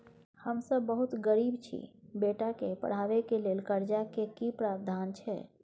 हम सब बहुत गरीब छी, बेटा के पढाबै के लेल कर्जा के की प्रावधान छै?